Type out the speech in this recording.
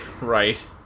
Right